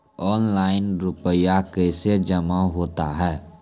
Online रुपये कैसे जमा होता हैं?